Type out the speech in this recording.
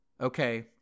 okay